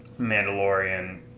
Mandalorian